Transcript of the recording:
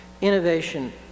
innovation